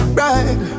right